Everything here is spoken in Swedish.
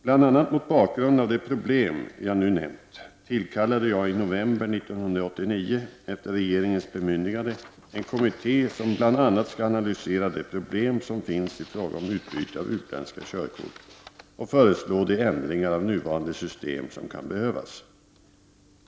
Bl.a. mot bakgrund av de problem jag nu nämnt tillkallade jag i november 1989 efter regeringens bemyndigande en kommitté som bl.a. skall analysera de problem som finns i fråga om utbyte av utländska körkort och föreslå de ändringar av nuvarande system som kan behövas.